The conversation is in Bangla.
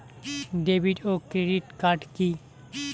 ডেভিড ও ক্রেডিট কার্ড কি?